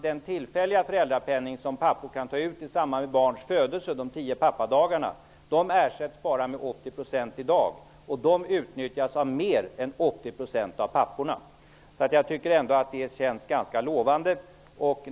Den tillfälliga föräldrapenning som pappor kan få ut i samband med barns födelse, de tio pappadagarna, ersätts bara med 80 % i dag men utnyttjas av mer än 80 % av papporna. Det känns ändå ganska lovande.